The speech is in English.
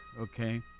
okay